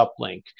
uplink